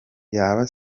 yaba